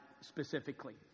specifically